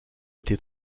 été